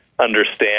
understand